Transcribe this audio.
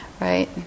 right